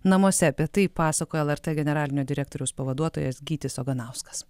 namuose apie tai pasakoja lrt generalinio direktoriaus pavaduotojas gytis oganauskas